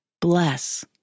Bless